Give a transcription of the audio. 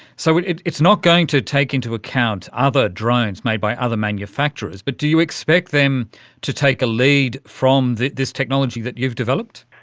so it's not going to take into account other drones made by other manufacturers. but do you expect them to take a lead from this technology that you've developed?